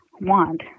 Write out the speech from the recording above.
want